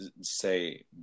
say